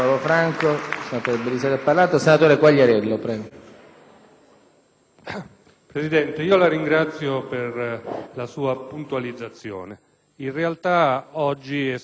Presidente, la ringrazio per la sua puntualizzazione. In realtà oggi è stata violata una prassi, perché in discussione generale